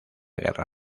guerra